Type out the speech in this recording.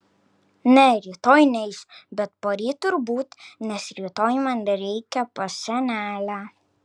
ne rytoj neisiu bet poryt turbūt nes rytoj man reikia pas senelę